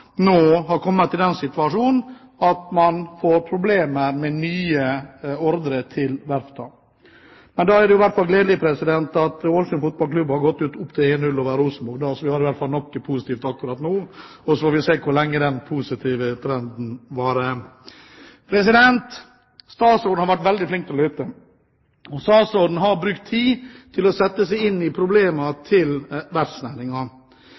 nå har kommet i den situasjon at man har problemer med å få nye ordre til verftene. Da er det i hvert fall gledelig at Aalesunds Fotballklubb har gått opp til 1–0 over Rosenborg i kveldens kamp, så det iallfall er noe positivt akkurat nå. Så får vi se hvor lenge den positive trenden varer. Statsråden har vært veldig flink til å lytte. Statsråden har brukt tid til å sette seg inn i